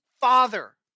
Father